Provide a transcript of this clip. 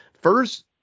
first